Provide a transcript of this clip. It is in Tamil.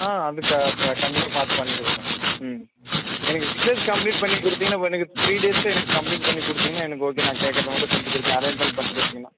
ஆ அதுக்கு கண்டிப்பாக பார்த்து பண்ணிக்கொடுக்குறோம் மேம் ம் எனக்கு ரிசர்ச் கம்ப்ளீட் பண்ணி கொடுத்திங்ன்னா எனக்கு த்ரீ டேஸில் எனக்கு கம்ப்ளீட் பண்ணி கொடுத்திங்ன்னா எனக்கு ஓகே நான் கேக்கறதை மட்டும் செஞ்சி கொடுத்து அரேஞ்மண்ட் பண்ணிக்கொடுத்திங்ன்னா